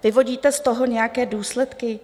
Vyvodíte z toho nějaké důsledky?